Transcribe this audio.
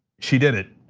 she did it.